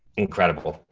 incredible.